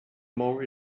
more